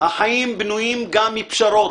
החיים בנויים גם מפשרות.